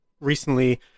recently